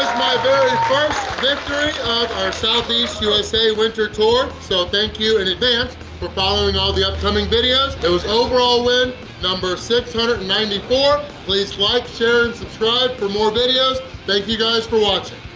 first victory of our southeast usa winter tour so thank you in and advance for following all the upcoming videos it was overall win number six hundred and ninety four please like share and subscribe for more videos thank you guys for watching!